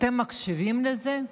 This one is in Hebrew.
אתם מקשיבים לזה?